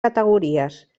categories